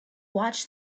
watch